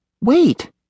Wait